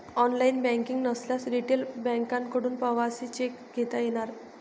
online banking नसल्यास retail बँकांकडून प्रवासी चेक घेता येणार